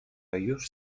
już